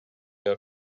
your